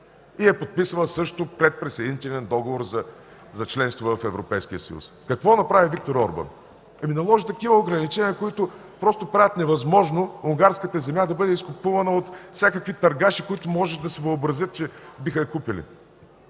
и е подписала също Предприсъединителен договор за членство в Европейския съюз. Какво направи Виктор Орбан? Наложи такива ограничения, които правят невъзможно унгарската земя да бъде изкупувана от всякакви търгаши, които могат да си въобразят, че биха я купили.